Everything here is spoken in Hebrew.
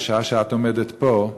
בשעה שאת עומדת פה,